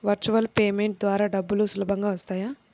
Virtual payment ద్వారా డబ్బులు సులభంగా వస్తాయా?